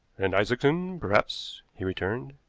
and isaacson, perhaps, he returned,